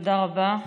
תודה רבה.